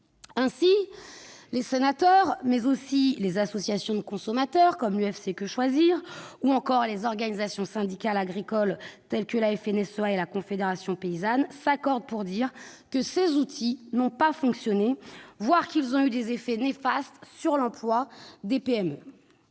Ainsi, les sénateurs, mais aussi les associations de consommateurs, comme l'UFC-Que Choisir, ou encore les organisations syndicales agricoles telles que la Confédération paysanne et la FNSEA s'accordent pour dire que ces outils n'ont pas fonctionné, voire qu'ils ont eu des effets néfastes sur l'emploi des PME.